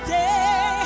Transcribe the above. day